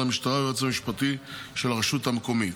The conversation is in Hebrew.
המשטרה או היועץ המשפטי של הרשות המקומית,